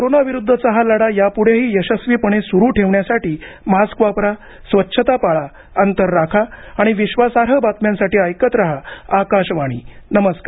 कोरोनाविरुद्धचा हा लढा यापुढेही यशस्वीपणे सुरु ठेवण्यासाठी मास्क वापरा स्वच्छता पाळा अंतर राखा आणि विश्वासार्ह बातम्यांसाठी ऐकत रहा आकाशवाणी नमस्कार